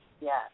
yes